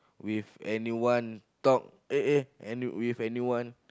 with anyone talk eh eh any with anyone